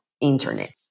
internet